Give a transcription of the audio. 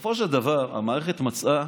בסופו של דבר המערכת מצאה